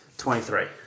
Twenty-three